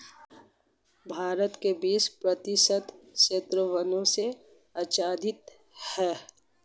भारत का बीस प्रतिशत क्षेत्र वनों से आच्छादित है